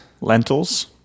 lentils